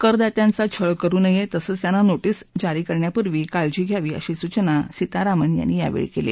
कर दात्यांचा छळ करु नये तसंच त्यांना नोशित जारी करण्यापूर्वी काळजी घ्यावी अशी सूचनाही सीतारामन यांनी यावेळी केली